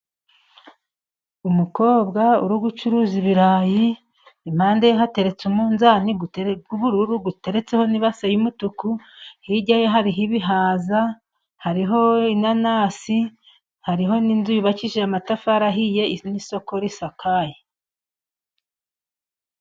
Umukobwa uri gucuruza ibirayi impande ye hateretse umunzani w'ubururu uteretseho n'ibase y'umutuku, hirya ye hari ibihaza hariho inanasi, hariho n'inzu yubakishije amatafari ahiye n'isoko risakaye.